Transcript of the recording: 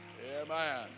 amen